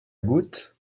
goutte